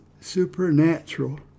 supernatural